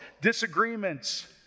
disagreements